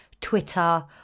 Twitter